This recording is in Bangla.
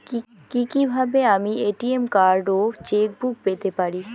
কি কিভাবে আমি এ.টি.এম কার্ড ও চেক বুক পেতে পারি?